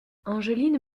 angeline